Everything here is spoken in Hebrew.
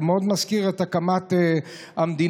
זה מאוד מזכיר את הקמת המדינה,